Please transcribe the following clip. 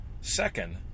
Second